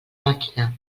màquina